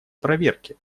проверки